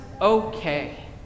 okay